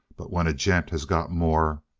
but when a gent has got more,